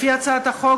לפי הצעת החוק,